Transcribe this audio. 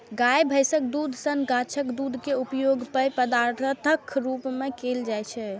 गाय, भैंसक दूधे सन गाछक दूध के उपयोग पेय पदार्थक रूप मे कैल जाइ छै